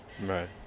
Right